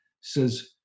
says